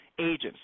agents